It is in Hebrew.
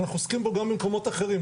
שאנחנו עוסקים בו גם במקומות אחרים,